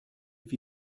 wie